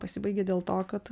pasibaigė dėl to kad